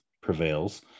prevails